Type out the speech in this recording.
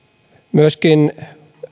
myöskin